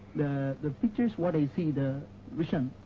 the pictures, what i see, the vision,